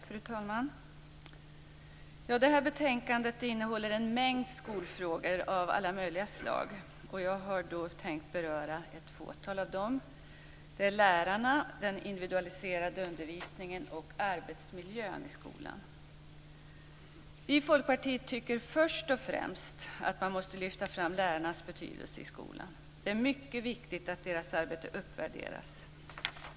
Fru talman! Detta betänkande innehåller en mängd skolfrågor av alla möjliga slag. Jag har tänkt att beröra ett fåtal av dem. Det gäller lärarna, den individualiserade undervisningen och arbetsmiljön i skolan. Vi i Folkpartiet tycker först och främst att man måste lyfta fram lärarnas betydelse i skolan. Det är mycket viktigt att deras arbete uppvärderas.